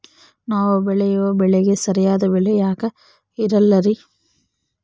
ನಾವು ಬೆಳೆಯುವ ಬೆಳೆಗೆ ಸರಿಯಾದ ಬೆಲೆ ಯಾಕೆ ಇರಲ್ಲಾರಿ?